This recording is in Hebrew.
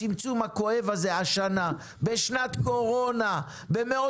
זה נתונים של בנק ישראל,